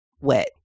wet